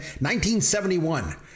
1971